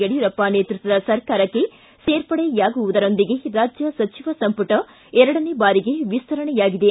ಯಡಿಯೂರಪ್ಪ ಅವರ ನೇತೃತ್ವದ ಸರ್ಕಾರಕ್ಕೆ ಸೇರ್ಪಡೆಯಾಗುವುದರೊಂದಿಗೆ ರಾಜ್ಯ ಸಚಿವ ಸಂಪುಟ ಎರಡನೇ ಬಾರಿಗೆ ವಿಸ್ತರಣೆಯಾಗಿದೆ